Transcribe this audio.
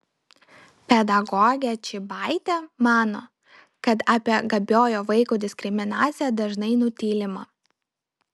pedagogė čybaitė mano kad apie gabiojo vaiko diskriminaciją dažnai nutylima